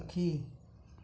সুখী